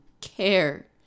care